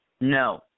No